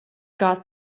got